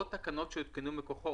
או תקנות שיותקנו מכוחו,